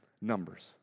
numbers